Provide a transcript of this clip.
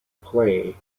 play